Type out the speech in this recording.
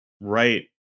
right